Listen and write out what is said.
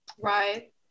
Right